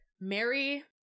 Mary